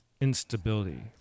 instability